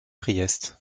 priest